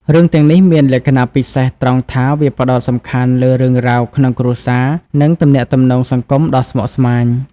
រឿងទាំងនេះមានលក្ខណៈពិសេសត្រង់ថាវាផ្តោតសំខាន់លើរឿងរ៉ាវក្នុងគ្រួសារ និងទំនាក់ទំនងសង្គមដ៏ស្មុគស្មាញ។